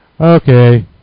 Okay